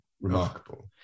remarkable